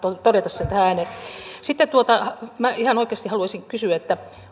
todeta sen tähän ääneen sitten minä ihan oikeasti haluaisin kysyä